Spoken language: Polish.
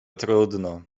trudno